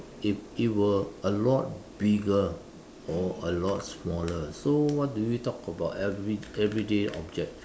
if it were a lot bigger or a lot smaller so what do we talk about every~ everyday object